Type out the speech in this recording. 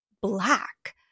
black